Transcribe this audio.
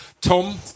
Tom